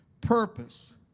Purpose